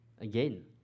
again